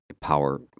power